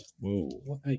whoa